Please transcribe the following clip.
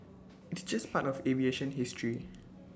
it's just part of aviation history